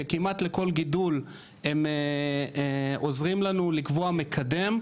שכמעט לכל גידול הם עוזרים לנו לקבוע מקדם,